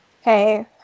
hey